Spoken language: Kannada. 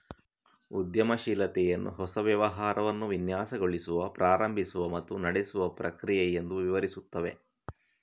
ಉದ್ಯಮಶೀಲತೆಯನ್ನು ಹೊಸ ವ್ಯವಹಾರವನ್ನು ವಿನ್ಯಾಸಗೊಳಿಸುವ, ಪ್ರಾರಂಭಿಸುವ ಮತ್ತು ನಡೆಸುವ ಪ್ರಕ್ರಿಯೆ ಎಂದು ವಿವರಿಸುತ್ತವೆ